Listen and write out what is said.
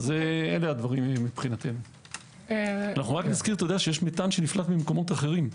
רק נזכיר שיש מתאן שנפלט ממקומות אחרים.